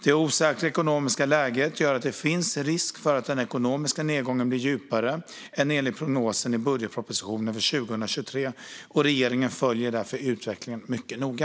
Det osäkra ekonomiska läget gör att det finns risk för att den ekonomiska nedgången blir djupare än enligt prognosen i budgetpropositionen för 2023. Regeringen följer därför utvecklingen mycket noga.